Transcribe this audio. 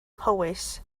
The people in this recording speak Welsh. mhowys